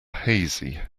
hazy